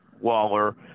Waller